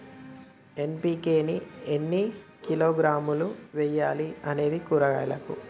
NPK ని ఎన్ని కిలోగ్రాములు వెయ్యాలి? అది కూరగాయలకు?